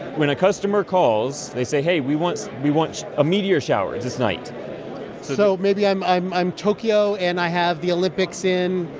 when a customer calls, they say, hey, we want we want a meteor shower this night so maybe i'm i'm tokyo. and i have the olympics in.